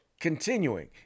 Continuing